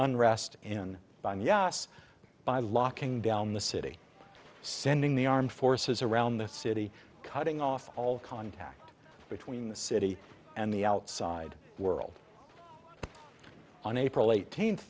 unrest in by yes by locking down the city sending the armed forces around the city cutting off all contact between the city and the outside world on april eighteenth